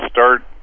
start